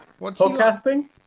Podcasting